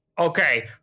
Okay